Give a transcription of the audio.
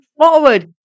forward